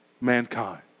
mankind